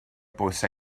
bws